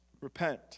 repent